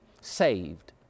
saved